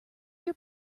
your